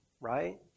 right